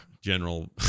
General